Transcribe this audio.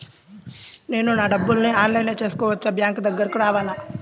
నేను నా డబ్బులను ఆన్లైన్లో చేసుకోవచ్చా? బ్యాంక్ దగ్గరకు రావాలా?